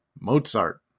Mozart